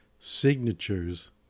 signatures